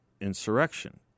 insurrection